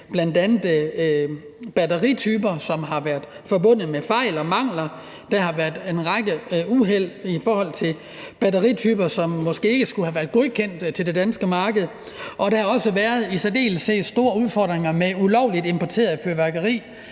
med bl.a. batterityper, som har været forbundet med fejl og mangler, der har været en række uheld i forhold til batterityper, som måske ikke skulle have været godkendt til det danske marked, og der har også været i særdeleshed store udfordringer med ulovligt importeret fyrværkeri,